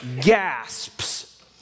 gasps